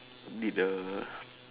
did the